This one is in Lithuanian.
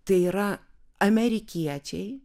tai yra amerikiečiai